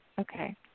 Okay